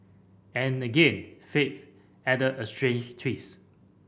and again fate added a strange twist